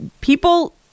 People